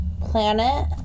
planet